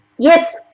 Yes